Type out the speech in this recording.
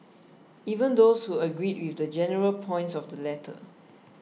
even those who agreed with the general points of the letter